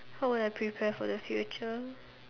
how will I prepare for the future